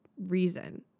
reason